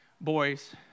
boys